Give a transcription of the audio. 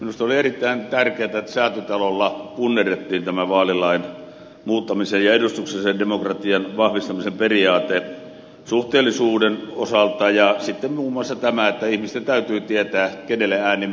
minusta oli erittäin tärkeätä että säätytalolla punnerrettiin tämä vaalilain muuttamisen ja edustuksellisen demokratian vahvistamisen periaate suhteellisuuden osalta ja sitten muun muassa tämä että ihmisten täytyy tietää kenelle ääni menee